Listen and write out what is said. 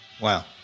wow